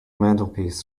mantelpiece